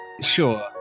Sure